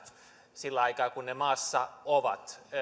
sillä aikaa kun he maassa ovat